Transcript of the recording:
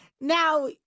now